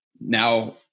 Now